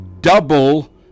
double